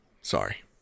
Sorry